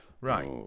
right